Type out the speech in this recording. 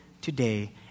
today